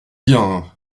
bien